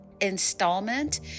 installment